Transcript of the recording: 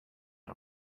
our